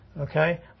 okay